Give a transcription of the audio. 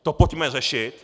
To pojďme řešit.